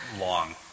long